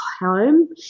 home